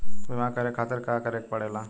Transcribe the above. बीमा करे खातिर का करे के पड़ेला?